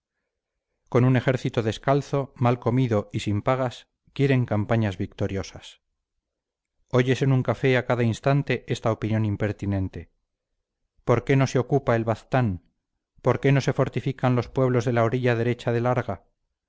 con un ejército descalzo mal comido y sin pagas quieren campañas victoriosas oyes en un café a cada instante esta opinión impertinente por qué no se ocupa el baztán por qué no se fortifican los pueblos de la orilla derecha del arga